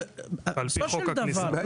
על פי חוק הכניסה.